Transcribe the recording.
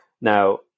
Now